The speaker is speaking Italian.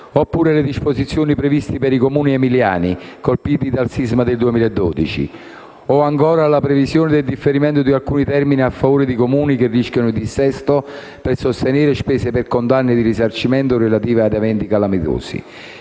alle disposizioni previste per i Comuni emiliani colpiti dal sisma del 2012, o - ancora - alla previsione del differimento di alcuni termini a favore di Comuni che rischiano il dissesto per sostenere spese per condanne di risarcimento relative ad eventi calamitosi